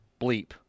bleep